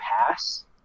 pass